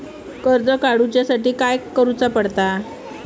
कर्ज काडूच्या साठी काय करुचा पडता?